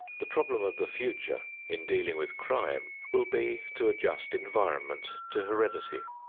the problem of the future in dealing with crime will be to adjust environment to heredity.